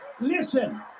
listen